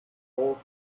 all